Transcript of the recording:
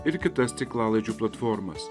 ir kitas tinklalaidžių platformas